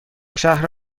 شهر